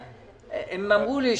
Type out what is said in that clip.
הם אמרו לי,